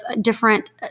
different